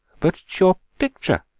but your picture,